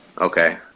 okay